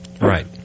Right